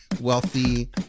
wealthy